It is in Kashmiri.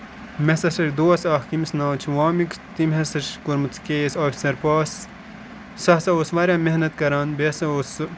مےٚ سا چھُ دوس اکھ ییٚمِس ناو چھُ وامِک تٔمۍ ہسا چھُ کوٚرمُت کے اے ایس آفسر پاس سُہ ہسا اوس واریاہ محنت کران بیٚیہِ ہسا اوس سُہ